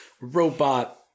robot